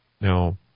Now